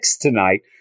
tonight